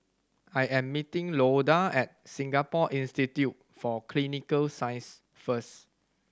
I am meeting Loda at Singapore Institute for Clinical Sciences first